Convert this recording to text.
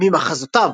ממחזותיו